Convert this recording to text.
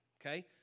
okay